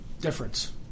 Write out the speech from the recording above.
Difference